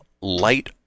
light